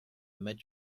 met